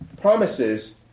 promises